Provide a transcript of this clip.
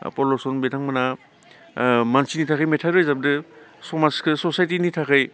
पल रबसन बिथांमोना मानसिनि थाखाय मेथाइ रोजाबदों समाजखौ ससायटिनि थाखाय